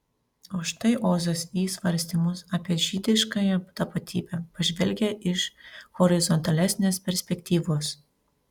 o štai ozas į svarstymus apie žydiškąją tapatybę pažvelgia iš horizontalesnės perspektyvos